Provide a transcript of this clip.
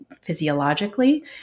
physiologically